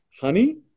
Honey